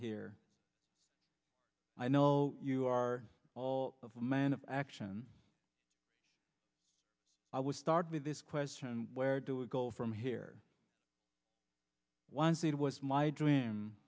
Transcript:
here i know you are all of a man of action i would start with this question where do we go from here was it was my dream